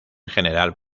general